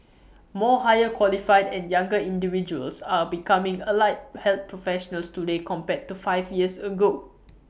more higher qualified and younger individuals are becoming allied health professionals today compared to five years ago